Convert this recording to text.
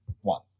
one